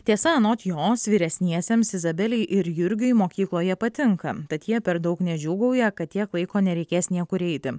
tiesa anot jos vyresniesiems izabelei ir jurgiui mokykloje patinka tad jie per daug nedžiūgauja kad tiek laiko nereikės niekur eiti